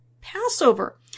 Passover